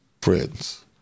friends